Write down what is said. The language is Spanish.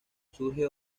surge